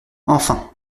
enfin